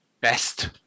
best